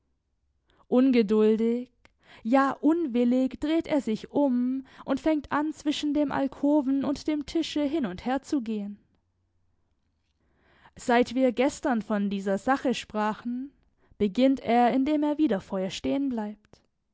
ungeduldig ja unwillig dreht er sich um und fängt an zwischen dem alkoven und dem tische hin und her zu gehen seit wir gestern von dieser sache sprachen beginnt er indem er wieder vor ihr stehen bleibt